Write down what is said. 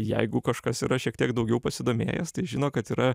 jeigu kažkas yra šiek tiek daugiau pasidomėjęs tai žino kad yra